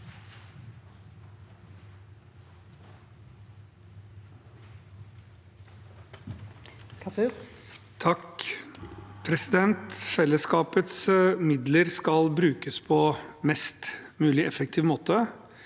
Fellesskapets mid- ler skal brukes på mest mulig effektiv måte